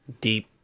deep